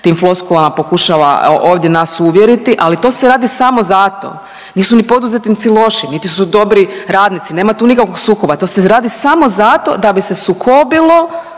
tim floskulama pokušava ovdje nas uvjeriti. Ali to se radi samo zato, nisu ni poduzetnici loši, niti su dobri radnici, nema tu nikakvog sukoba. To se radi samo zato da bi se sukobilo